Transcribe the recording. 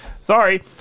Sorry